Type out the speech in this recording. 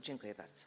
Dziękuję bardzo.